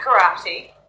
karate